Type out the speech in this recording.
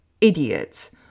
idiots